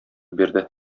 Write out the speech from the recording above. бирде